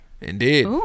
Indeed